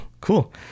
cool